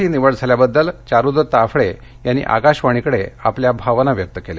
प्रस्कारासाठी निवड झाल्याबद्दल चारुदत्त आफळे यांनी आकाशवाणीकडे आपल्या भावना व्यक्त केल्या